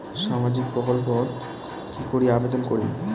সামাজিক প্রকল্পত কি করি আবেদন করিম?